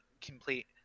complete